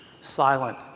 silent